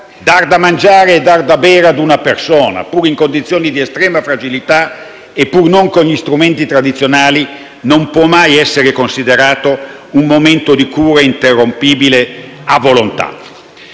Dare da mangiare e da bere a una persona, pur in condizioni di estrema fragilità e pur non con gli strumenti tradizionali, non può mai essere considerato un momento di cura interrompibile a volontà.